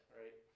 right